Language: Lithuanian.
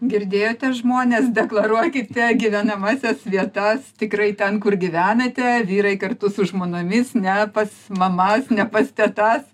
girdėjote žmones deklaruokite gyvenamąsias vietas tikrai ten kur gyvenate vyrai kartu su žmonomis ne pas mamas ne pas tetas